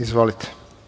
Izvolite.